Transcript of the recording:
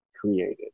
created